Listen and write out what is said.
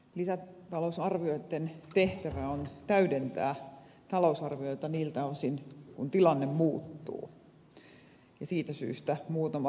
lisätalousarvioitten tehtävä on täydentää talousarvioita niiltä osin kun tilanne muuttuu ja siitä syystä muutama alueellinen huomio